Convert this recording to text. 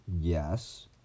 Yes